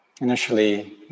initially